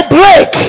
break